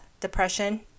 depression